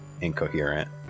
incoherent